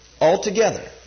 Altogether